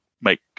make